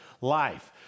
life